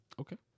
Okay